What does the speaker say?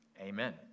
Amen